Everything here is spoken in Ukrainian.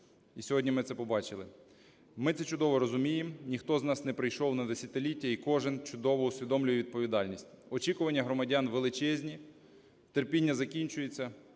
і сьогодні ми це побачили. Ми це чудово розуміємо, ніхто з нас не прийшов на десятиліття, і кожен чудово усвідомлює відповідальність. Очікування громадян величезні, терпіння закінчується.